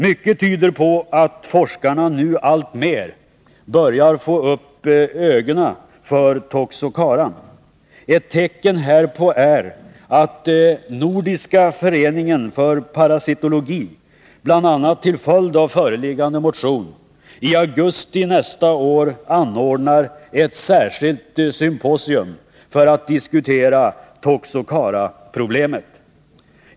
Mycket tyder på att forskarna nu alltmer börjar få upp ögonen för toxocaran. Ett tecken härpå är att Nordiska föreningen för parasitologi, bl.a. till följd av föreliggande motion, i augusti nästa år anordnar ett särskilt symposium för att diskutera toxocaraproblemet.